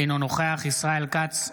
אינו נוכח ישראל כץ,